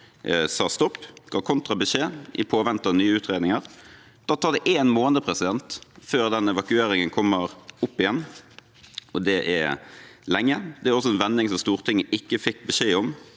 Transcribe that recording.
De ga kontrabeskjed i påvente av nye utredninger. Da tok det en måned før evakueringen kom opp igjen, og det er lenge. Det er også en vending som Stortinget ikke fikk beskjed om,